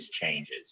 changes